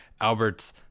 Albert's